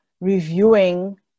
reviewing